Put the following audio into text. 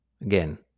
Again